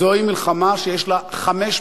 זוהי מלחמה שיש לה חמש פנים,